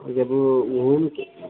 جب وہ گھوم کے